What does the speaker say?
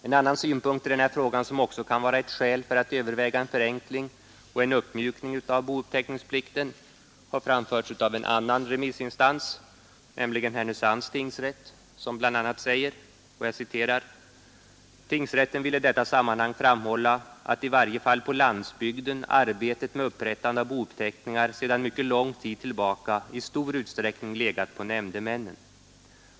En annan synpunkt i den här frågan som kan vara skäl för att överv en förenkling och uppmjukning av bouppteckningsplikten har framförts av en annan remissinstans, nämligen Härnösands tingsrätt, som bl.a. säger: ”Tingsrätten vill i detta sammanhang framhålla att i varje fall på lång tid tillbaka i stor utsträckning legat på nämndemännen.